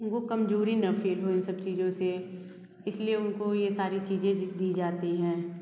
वो कमज़ोरी ना फ़ील हो इन सब चीज़ों से इसी लिए उनको ये सारी चीज़े जी दी जाती हैं